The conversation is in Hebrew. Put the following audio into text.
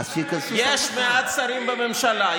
יש מעט שרים בממשלה.